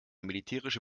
militärische